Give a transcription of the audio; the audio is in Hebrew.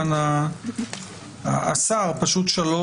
הסכמת האדם ככול